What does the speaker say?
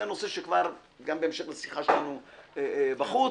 זה נושא שכבר גם בהמשך לשיחה שלנו בחוץ